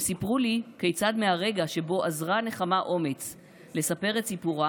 הם סיפרו לי כיצד מהרגע שבו אזרה נחמה אומץ לספר את סיפורה,